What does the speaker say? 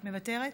מוותרת?